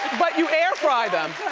but you air fry them?